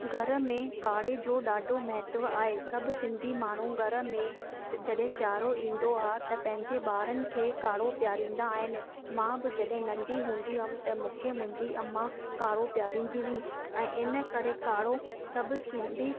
घर में काढ़े जो ॾाढो महत्व आहे सभु सिंधी माण्हू घर में जॾहिं सियारो ईंदो आहे त पंहिंजे ॿारनि खे काढ़ो पीआरींदा आहिनि मां बि जॾहिं नंढी हूंदी हुअमि त मूंखे मुंहिंजी अम्मा काढ़ो पीआरींदी हुई ऐं इन करे काढ़ो सभु सिंधी